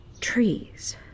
trees